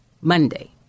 Monday